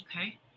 okay